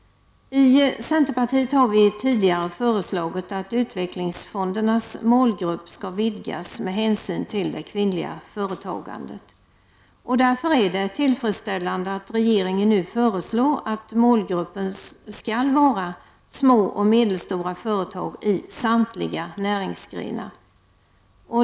I centerpartiet har vi tidigare föreslagit att utvecklingsfondernas målgrupp skall vidgas med hänsyn till det kvinnliga företagandet. Därför är det tillfredsställande att regeringen nu föreslår att målgruppen skall vara små och medelstora företag i samtliga näringsgrenar.